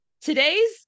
today's